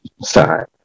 side